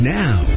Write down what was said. now